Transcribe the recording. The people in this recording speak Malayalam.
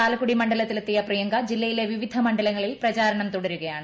ചാലക്കുടി മണ്ഡലത്തിലെത്തിയ പ്രിയങ്ക ജില്ലയിലെ വിവിധ മണ്ഡലങ്ങളിൽ പ്രചാരണം തുടരുകയാണ്